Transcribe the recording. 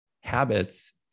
habits